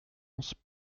onze